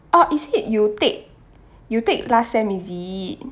oh is it you take you take last sem is it